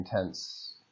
intense